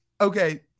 Okay